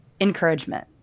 encouragement